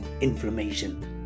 inflammation